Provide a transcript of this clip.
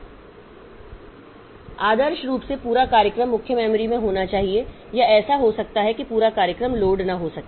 इसलिए आदर्श रूप से पूरा कार्यक्रम मुख्य मेमोरी में होना चाहिए या ऐसा हो सकता है कि पूरा कार्यक्रम लोड न हो सके